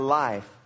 life